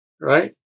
right